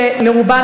שלרובן,